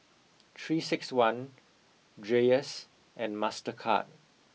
three six one Dreyers and Mastercard